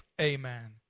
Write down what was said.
amen